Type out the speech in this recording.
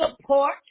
support